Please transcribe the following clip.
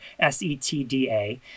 SETDA